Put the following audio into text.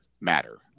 matter